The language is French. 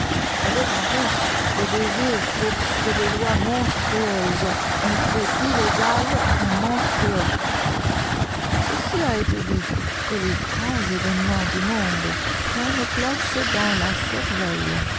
avec en plus le désir pour ce que des lois monstrueuses ont fait illégal et monstrueux ceci a été dit que les grands événements du monde prennent place dans la cervelle